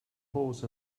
horse